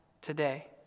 today